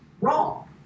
wrong